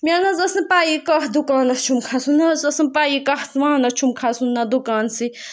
مےٚ نہ حظ ٲس نہٕ پَیی کَتھ دُکانَس چھُم کھَسُن حظ نہ حظ ٲسٕم پَیی کَتھ وانَس چھُم کھَسُن نہ دُکانسٕے